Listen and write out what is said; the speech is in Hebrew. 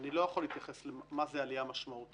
אנחנו פונים עכשיו לבוא ולנהל את כל הדיון על תיקים ספציפיים.